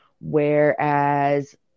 whereas